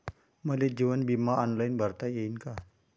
मले जीवन बिमा ऑनलाईन भरता येईन का?